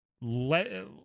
Let